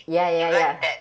ya ya ya